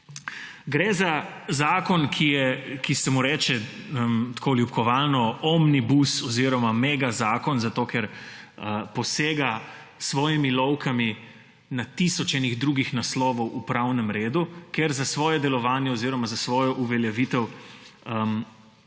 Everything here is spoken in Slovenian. gre za zakon, ki se mu reče tako ljubkovalno omnibus oziroma megazakon, ker posega s svojimi lovkami na tisoč enih drugih naslovov v pravnem redu, ker za svoje delovanje oziroma za svojo uveljavitev